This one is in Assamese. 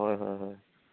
হয় হয় হয়